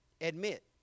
Admit